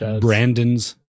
brandon's